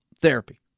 Therapy